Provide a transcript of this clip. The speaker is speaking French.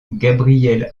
gabriel